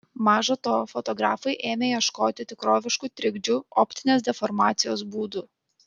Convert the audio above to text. maža to fotografai ėmė ieškoti tikroviškų trikdžių optinės deformacijos būdų